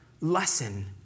lesson